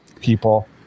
people